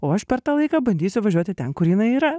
o aš per tą laiką bandysiu važiuoti ten kur jinai yra